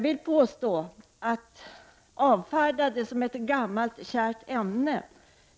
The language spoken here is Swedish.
Det är att avfärda vårdnadsersättningen.